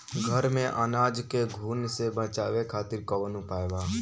घर में अनाज के घुन से बचावे खातिर कवन उपाय बा?